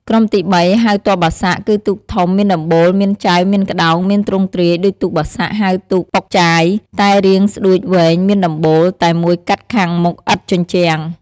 ក្រុមទី៣ ហៅ ទ័ពបាសាក់ គឺទូកធំមានដំបូលមានចែវ មានក្តោង មានទ្រង់ទ្រាយដូចទូកបាសាក់ ហៅទូក ប៉ុកចាយ តែរាងស្តួចវែងមានដំបូល តែមួយកាត់ខាងមុខឥតជញ្ជាំង។